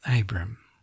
Abram